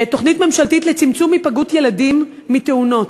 על תוכנית ממשלתית לצמצום היפגעות ילדים מתאונות.